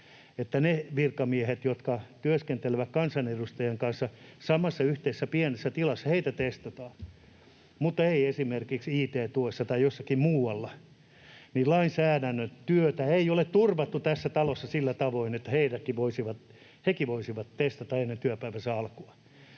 Ne virkamiehet, jotka työskentelevät kansanedustajan kanssa samassa yhteisessä pienessä tilassa, testataan, mutta ei esimerkiksi it-tuessa tai jossakin muualla. Lainsäädäntötyötä ei ole turvattu tässä talossa sillä tavoin, että hekin voisivat testata ennen työpäivänsä alkua.